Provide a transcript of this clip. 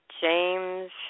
James